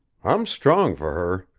i'm strong for her!